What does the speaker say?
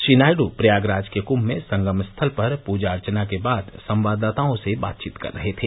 श्री नायडू प्रयागराज के कुंभ में संगम स्थल पर पूजा अर्चना के बाद संवाददाताओं से बातचीत कर रहे थे